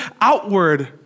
outward